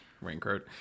raincoat